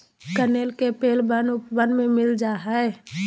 कनेर के पेड़ वन उपवन में मिल जा हई